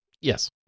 yes